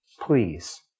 please